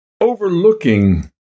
overlooking